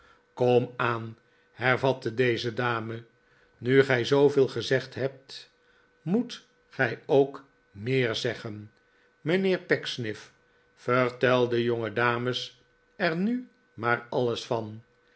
komaan hervatte deze dame n nu gij zooveel gezegd hebt moet gij ook meer zeggen mijnheer pecksniff vertel de jongedames er nu maar alles van